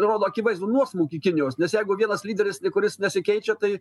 rodo akivaizdų nuosmukį kinijos nes jeigu vienas lyderis ir kuris nesikeičia tai